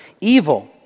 evil